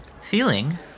Feeling